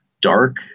dark